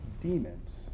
demons